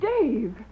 Dave